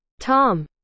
Tom